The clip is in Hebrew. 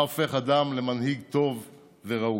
מה הופך אדם למנהיג טוב וראוי?